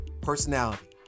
personality